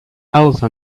elsa